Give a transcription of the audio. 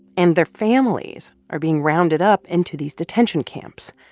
and their families are being rounded up into these detention camps.